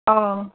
अँ